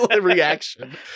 reaction